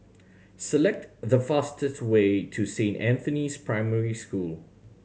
select the fastest way to Saint Anthony's Primary School